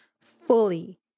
fully